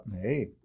hey